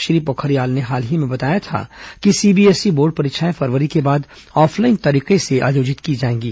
श्री पोखरियाल ने हाल ही में बताया था कि सीबीएसई बोर्ड परीक्षाएं फरवरी के बाद ऑफलाइन तरीके से आयोजित की जाएंगी